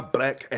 Black